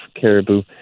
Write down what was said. caribou